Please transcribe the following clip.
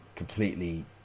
completely